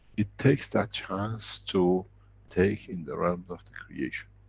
it takes that chance, to take in the realm of the creation.